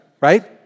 right